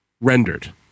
rendered